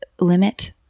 limit